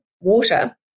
water